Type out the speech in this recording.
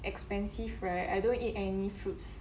expensive right I don't eat any fruits